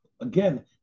again